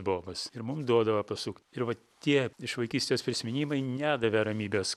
bobas ir mum duodavo pasukt ir va tie iš vaikystės prisiminimai nedavė ramybės